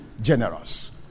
generous